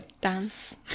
dance